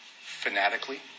fanatically